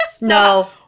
No